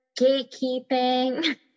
gatekeeping